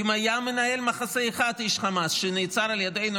האם היה מנהל מחסה אחד, איש חמאס, שנעצר על ידינו?